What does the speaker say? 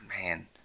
man